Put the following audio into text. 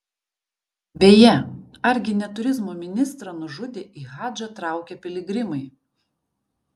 beje argi ne turizmo ministrą nužudė į hadžą traukę piligrimai